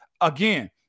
Again